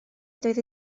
doedd